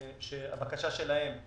שהבקשה שלהם היא